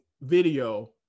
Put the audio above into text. video